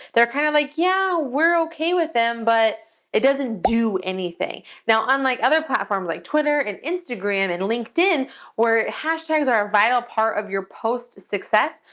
they're kind of like, yeah, we're okay with them, but it doesn't do anything. now, unlike other platforms like twitter and instagram and linkedin where hashtags are a vital part of your post's success,